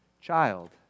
child